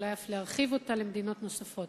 ואולי אף להרחיב אותה למדינות נוספות.